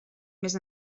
més